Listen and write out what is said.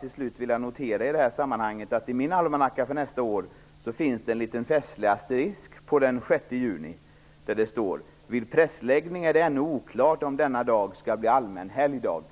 Till slut noterar jag i det här sammanhanget att i min almanacka för nästa år finns det en liten festlig asterisk på den 6 juni där det står: Vid pressläggning är det ännu oklart om denna dag skall bli allmän helgdag.